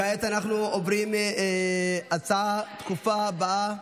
כעת אנחנו עוברים להצעה הדחופה הבאה.